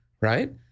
right